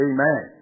Amen